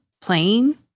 playing